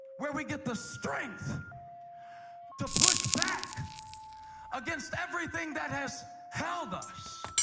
where we get the strength to push back against everything that has held us,